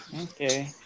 Okay